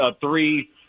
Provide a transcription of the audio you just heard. three